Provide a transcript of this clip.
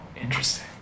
interesting